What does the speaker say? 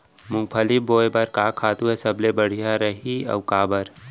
मूंगफली बोए बर का खातू ह सबले बढ़िया रही, अऊ काबर?